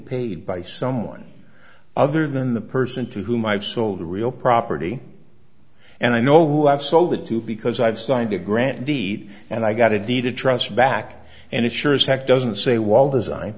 paid by someone other than the person to whom i've sold a real property and i know who i've sold it to because i've signed a grant deed and i got a deed of trust back and it sure as heck doesn't say wall design